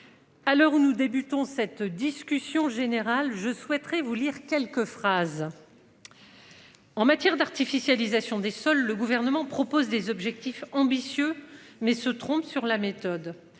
À l'heure où nous débutons cette discussion générale je souhaiterais vous lire quelques phrases. En matière d'artificialisation des sols. Le gouvernement propose des objectifs ambitieux mais se trompe sur la méthode.